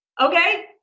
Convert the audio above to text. Okay